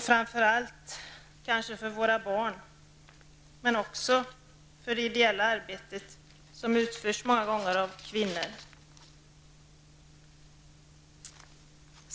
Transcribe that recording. framför allt kanske för våra barn, men också för det ideella arbetet, vilket många gånger utförs av kvinnor.